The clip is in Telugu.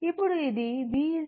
ఇప్పుడు ఇది